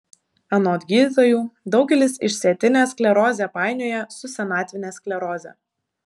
anot gydytojų daugelis išsėtinę sklerozę painioja su senatvine skleroze